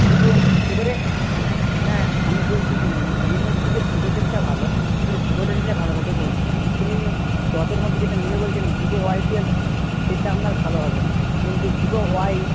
দেখুন এবারে হ্যাঁ আমি বলছি শুনুন রিয়েলমির থেকে ভিভো সেটটা ভালো এবারে ভিভোটা নিলে ভালো হবে দেখুন তুমি দশের মধ্যে যেটা নেবে বলছেন Vivo Y P F G সেটা আপনার ভালো হবে না কিন্তু ভিভো ওয়াই